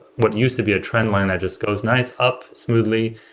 what used to be a trend line that just goes nice up smoothly,